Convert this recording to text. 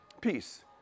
peace